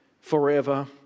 forever